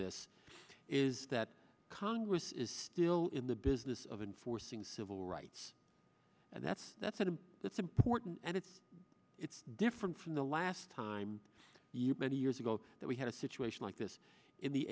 this is that congress is still in the business of enforcing civil rights and that's that's and that's important and it's it's different from the last time you many years ago that we had a situation like this in the